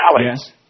Yes